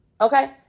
Okay